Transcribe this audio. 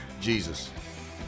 Jesus